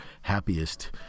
happiest